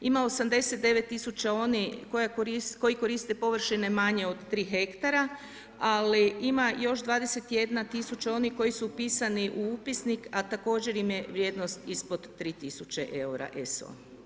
Ima 89 tisuća onih koji koriste površine manje od 3 ha, ali ima još 21 tisuća onih koji su upisani u Upisnik, a također im je vrijednost ispod 3000 eura SO.